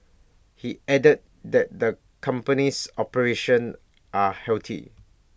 he added that the company's operations are healthy